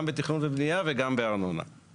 גם בתכנון ובנייה וגם בארנונה.